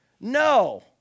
No